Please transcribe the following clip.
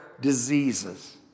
diseases